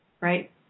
Right